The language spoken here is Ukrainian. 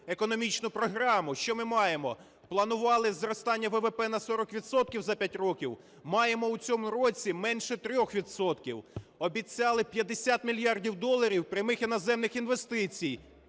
економічну програму. Що ми маємо. Планували зростання ВВП на 40 відсотків за 5 років – маємо в цьому році менше 3 відсотків; обіцяли 50 мільярдів доларів прямих іноземних інвестицій